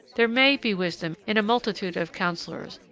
there may be wisdom in a multitude of counsellors,